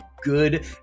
good